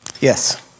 Yes